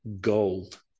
gold